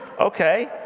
Okay